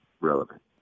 relevant